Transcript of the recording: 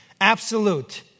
Absolute